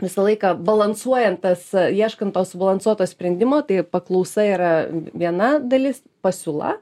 visą laiką balansuojant tas ieškant subalansuoto sprendimo tai paklausa yra viena dalis pasiūla